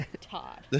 Todd